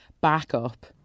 backup